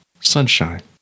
Sunshine